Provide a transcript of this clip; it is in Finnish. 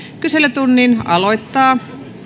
kyselytunnin aloittaa